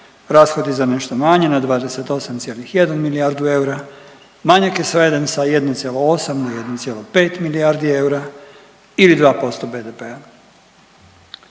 rashodi za nešto manje na 28,1 milijardu euru. Manjak je sveden sa 1,8 na 1,5 milijardi eura ili 2% BDP-a.